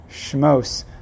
Shmos